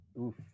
Oof